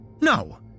No